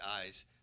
eyes